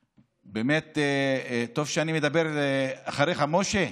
באמת, טוב שאני מדבר אחריך, משה,